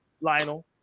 lionel